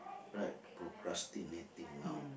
right procrastinating now